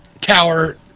Tower